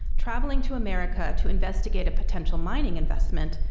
traveling to america to investigate a potential mining investment,